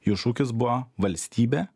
jų šūkis buvo valstybė